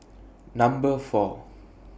Number four